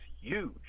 huge